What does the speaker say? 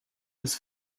des